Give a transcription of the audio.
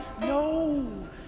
No